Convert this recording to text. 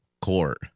Court